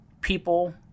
people